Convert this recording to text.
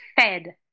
fed